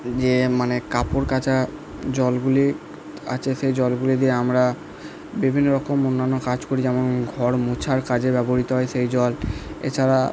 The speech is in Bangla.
যে মানে কাপড় কাচা জলগুলি আছে সে জলগুলি দিয়ে আমরা বিভিন্ন রকম অন্যান্য কাজ করি যেমন ঘর মোছার কাজে ব্যবহৃত হয় সেই জল এছাড়া